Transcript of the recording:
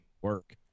work